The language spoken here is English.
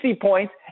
points